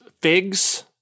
figs